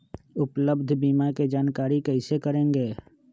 उपलब्ध बीमा के जानकारी कैसे करेगे?